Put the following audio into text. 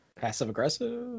Passive-aggressive